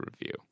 review